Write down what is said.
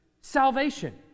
salvation